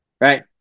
right